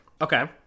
Okay